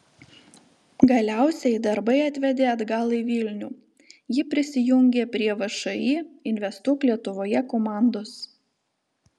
galiausiai darbai atvedė atgal į vilnių ji prisijungė prie všį investuok lietuvoje komandos